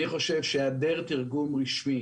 אני חושב שהיעדר תרגום רשמי